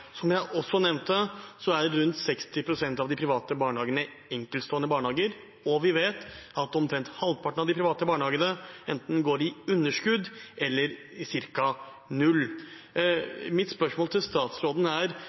Som jeg også nevnte, er rundt 60 pst. av de private barnehagene enkeltstående barnehager, og vi vet at omtrent halvparten av de private barnehagene enten går i underskudd eller cirka i null. Mitt spørsmål til statsråden er: